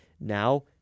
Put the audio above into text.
now